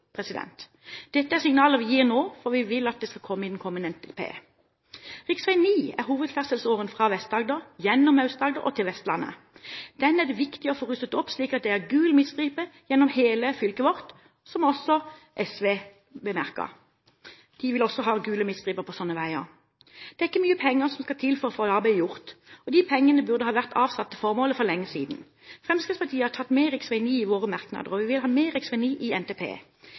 Dette er signaler vi gir nå, for vi vil at det skal komme med i den kommende NTP. Rv. 9 er hovedferdselsåren fra Vest-Agder gjennom Aust-Agder og til Vestlandet. Den er det viktig å få rustet opp, slik at det er gul midtstripe gjennom hele fylket vårt, noe som også SV bemerket. De vil også ha gule midtstriper på slike veier. Det er ikke mye penger som skal til for å få dette arbeidet gjort, og de pengene burde ha vært avsatt til formålet for lenge siden. Fremskrittspartiet har tatt med rv. 9 i sine merknader, og vi vil ha med rv. 9 i NTP,